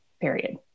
period